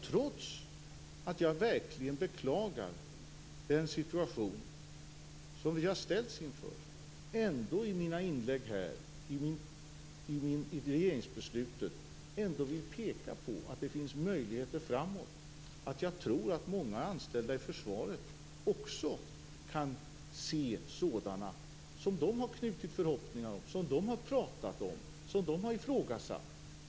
Trots att jag verkligen beklagar den situation vi ställts inför i regeringsbeslutet, har jag i mina inlägg velat peka på att det finns möjligheter i framtiden. Många anställda i försvaret kan se möjligheter som de har knutit förhoppningar till, pratat om och ifrågasatt.